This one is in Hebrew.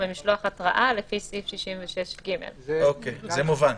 במשלוח התראה לפי סעיף 66ג," זה מובן.